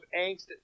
angst